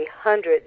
hundreds